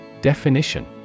Definition